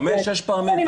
חמש שש פעמים.